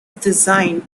designed